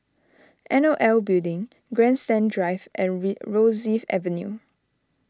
N O L Building Grandstand Drive and Rosyth Avenue